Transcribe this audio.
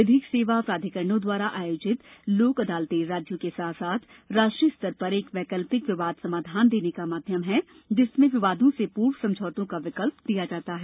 विधिक सेवा प्राधिकरणों द्वारा आयोजित लोक अदालतें राज्यों के साथ साथ राष्ट्रीय स्तर पर एक वैकल्पिक विवाद समाधान देने का माध्यम हैं जिसमें विवादों से पूर्व समझौते का विकल्प दिया जाता है